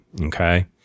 Okay